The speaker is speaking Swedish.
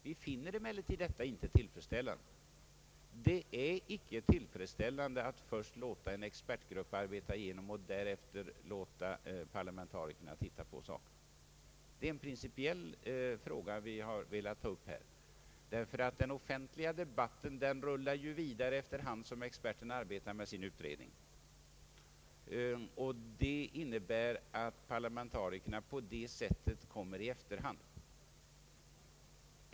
Vi finner det emellertid inte tillfredsställande att först låta en expertgrupp arbeta och därefter låta parlamentarikerna titta på saken. Det är en principiell fråga vi vill ta upp här. Den offentliga debatten rullar vidare efter hand som experterna arbetar med sin utredning, och det innebär att parlamentarikerna kommer i efterhand.